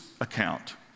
account